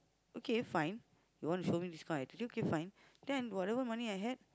okay fine you wanna show me this kind of attitude okay fine then whatever money I had